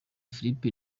philippe